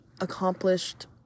accomplished